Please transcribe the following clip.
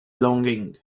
longing